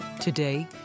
Today